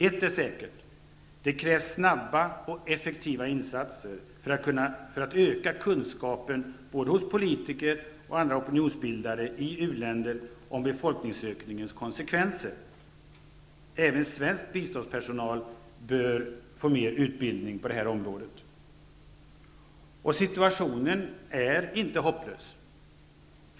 Ett är säkert: det krävs snabba och effektiva insatser för att öka kunskapen hos både politiker och andra opionionsbildare i u-länder om befolkningsökningens konsekvenser. Även svensk biståndspersonal behöver få mer utbildning på det här området. Situationen är inte hopplös.